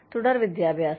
തുടർ വിദ്യാഭ്യാസം